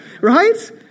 right